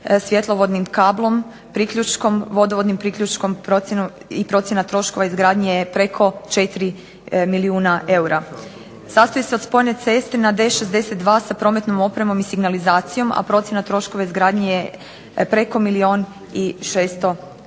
svjetlovodnim kablom, priključkom, vodovodnim priključkom i procjena troškova izgradnje je preko 4 milijuna eura. Sastoji se od spojne ceste na D62 sa prometnom opremom i signalizacijom a procjena troškova izgradnje je preko milijun